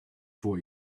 for